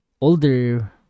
older